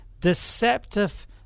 deceptive